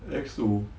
lexo